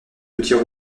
petits